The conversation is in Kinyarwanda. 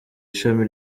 ishami